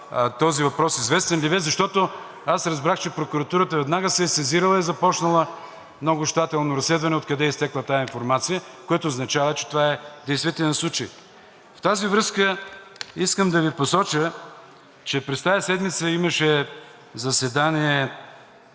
този въпрос известен ли Ви е, защото разбрах, че прокуратурата веднага се е сезирала и е започнала много щателно разследване откъде е изтекла тази информация, което означава, че това е действителен случай. В тази връзка искам да Ви посоча, че през тази седмица имаше заседание